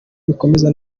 bikomeza